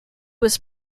was